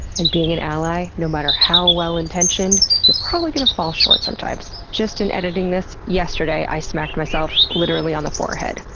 and being an ally, no matter how well-intentioned, you're probably going to fall short sometimes. sometimes. just in editing this yesterday, i smacked myself, literally, on the forehead.